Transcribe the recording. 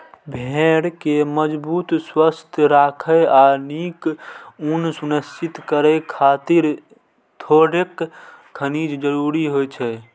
भेड़ कें मजबूत, स्वस्थ राखै आ नीक ऊन सुनिश्चित करै खातिर थोड़ेक खनिज जरूरी होइ छै